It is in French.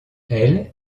elle